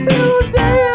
Tuesday